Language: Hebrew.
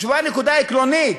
חשובה הנקודה העקרונית,